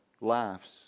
laughs